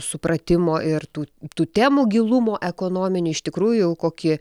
supratimo ir tų tų temų gilumo ekonominių iš tikrųjų jau kokie